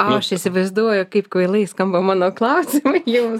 aš įsivaizduoju kaip kvailai skamba mano klausimai jums